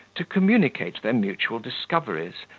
to communicate their mutual discoveries,